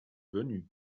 venu